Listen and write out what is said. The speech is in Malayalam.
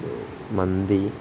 മന്തി